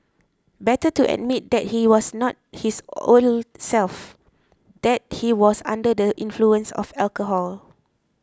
better to admit that he was not his old self that he was under the influence of alcohol